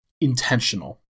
intentional